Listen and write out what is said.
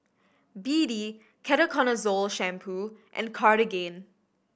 B D Ketoconazole Shampoo and Cartigain